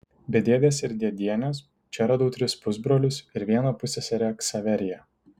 be dėdės ir dėdienės čia radau tris pusbrolius ir vieną pusseserę ksaveriją